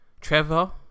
Trevor